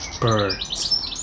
birds